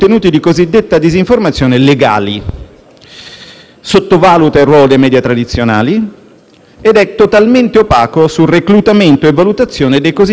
ed è totalmente opaco sul reclutamento e la valutazione dei cosiddetti *fact checker* indipendenti, gli alacri funzionari del ministero della verità europeo.